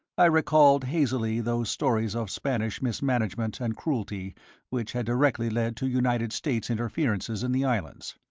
i recalled hazily those stories of spanish mismanagement and cruelty which had directly led to united states interferences in the islands.